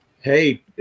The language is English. Hey